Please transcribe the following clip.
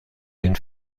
den